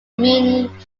meaning